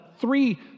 three